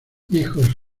hijos